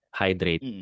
hydrate